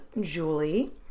Julie